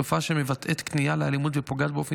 תופעה שמבטאת כניעה לאלימות ופוגעת באופן